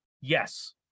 Yes